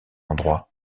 endroit